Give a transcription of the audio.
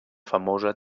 famosa